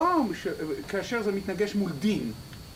או.. שכאשר זה מתנגש מול דין.